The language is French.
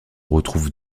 retrouve